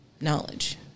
knowledge